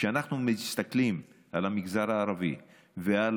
כשאנחנו מסתכלים על המגזר הערבי ועל